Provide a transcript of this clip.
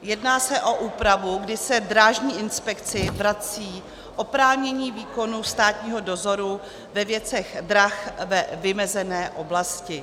Jedná se o úpravu, kdy se Drážní inspekci vrací oprávnění výkonu státního dozoru ve věcech drah ve vymezené oblasti.